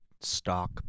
stock